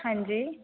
ਹਾਂਜੀ